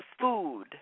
food